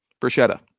bruschetta